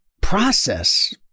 process